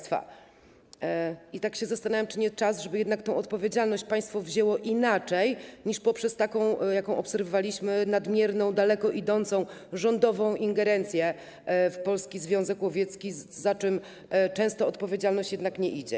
Tak się zastanawiam, czy nie czas, żeby jednak tę odpowiedzialność państwo wzięło na siebie inaczej niż poprzez taką, jaką obserwowaliśmy, nadmierną, daleko idącą rządową ingerencję w Polski Związek Łowiecki, za czym często odpowiedzialność jednak nie idzie.